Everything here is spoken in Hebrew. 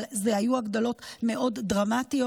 אבל אלה היו הגדלות מאוד דרמטיות.